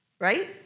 Right